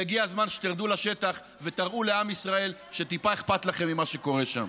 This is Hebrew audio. והגיע הזמן שתרדו לשטח ותראו לעם ישראל שטיפה אכפת לכם ממה שקורה שם.